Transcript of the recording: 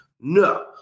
No